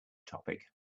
topic